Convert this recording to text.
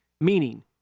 meaning